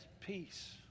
peace